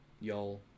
Y'all